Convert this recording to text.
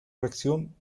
reacción